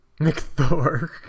McThor